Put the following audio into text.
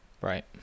Right